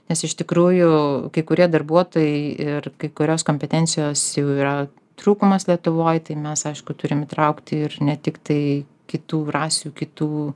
nes iš tikrųjų kai kurie darbuotojai ir kai kurios kompetencijos jau yra trūkumas lietuvoj tai mes aišku turim įtraukti ir ne tiktai kitų rasių kitų